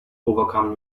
overcome